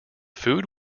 food